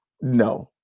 no